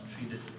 treated